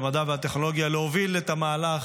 למדע וטכנולוגיה להוביל את המהלך.